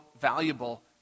valuable